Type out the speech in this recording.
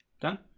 Done